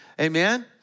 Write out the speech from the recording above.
Amen